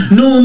no